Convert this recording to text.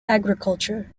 agriculture